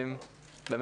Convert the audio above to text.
אגיד